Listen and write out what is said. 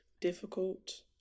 difficult